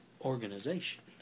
organization